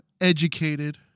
educated